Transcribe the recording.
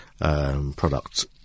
product